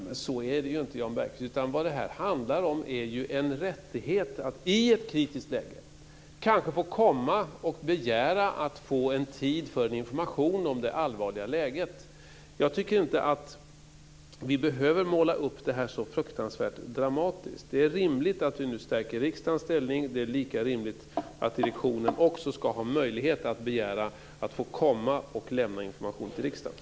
Men så är det ju inte, Jan Bergqvist, utan vad detta handlar om är ju en rättighet att i ett kritiskt läge kanske få komma och begära en tid för information om det allvarliga läget. Jag tycker inte att vi behöver måla upp detta så fruktansvärt dramatiskt. Det är rimligt att vi nu stärker riksdagens ställning. Det är lika rimligt att direktionen också ska ha möjlighet att begära att få komma och lämna information till riksdagen.